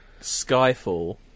Skyfall